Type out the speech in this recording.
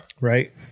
Right